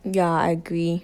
yeah I agree